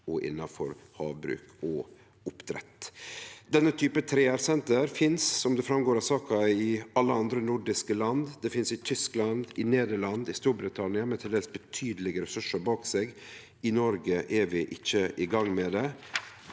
og innanfor havbruk og oppdrett. Denne typen 3R-senter finst, som det går fram av saka, i alle andre nordiske land. Det finst i Tyskland, Nederland og Storbritannia, med til dels betydelege ressursar bak seg. I Noreg er vi ikkje i gang med det.